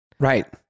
Right